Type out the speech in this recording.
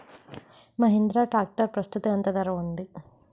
Mahindra tractor ప్రస్తుతం ఎంత ధర ఉంది?